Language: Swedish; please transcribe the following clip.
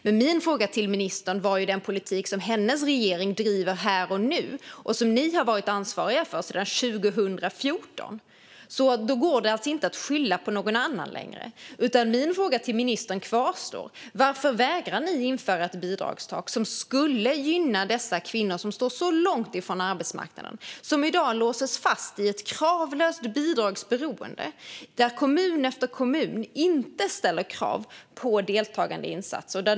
Men min fråga till ministern gäller den politik som hennes regering driver här och nu och som ni har varit ansvariga för sedan 2014. Det går alltså inte att skylla på någon annan längre. Min fråga till ministern kvarstår: Varför vägrar ni att införa ett bidragstak som skulle gynna dessa kvinnor, som står så långt från arbetsmarknaden? De låses i dag fast i ett kravlöst bidragsberoende, där kommun efter kommun inte ställer krav på deltagandeinsatser.